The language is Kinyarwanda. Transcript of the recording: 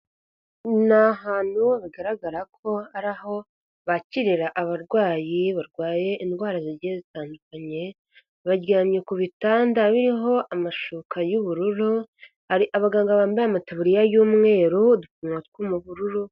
Ni ahantu bigaragara ko ari aho bakirira abarwayi barwaye indwara zi zitandukanye. Baryamye ku bitanda biriho amashuka y'ubururu, abaganga bambaye amatabuririya y'umweru udupfukamunwa tw'ubururu.